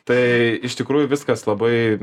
tai iš tikrųjų viskas labai